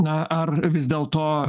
na ar vis dėl to